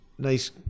Nice